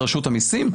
רשות המיסים,